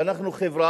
כי אנחנו חברה,